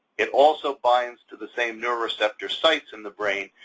it also binds to the same neuroreceptor sites in the brain,